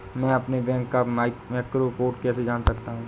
मैं अपने बैंक का मैक्रो कोड कैसे जान सकता हूँ?